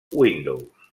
windows